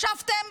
ישבתם,